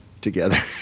together